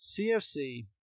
CFC